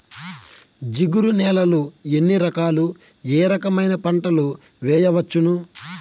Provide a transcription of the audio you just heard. జిగురు నేలలు ఎన్ని రకాలు ఏ రకమైన పంటలు వేయవచ్చును?